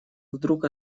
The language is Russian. вдруг